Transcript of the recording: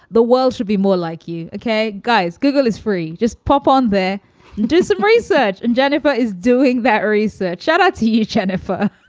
the world should be more like you. okay, guys, google is free. just pop on there and do some research. and jennifer is doing that research and to you, jennifer